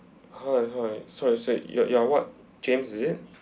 hi hi so I said ya you are what james is it